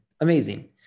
Amazing